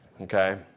Okay